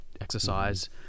exercise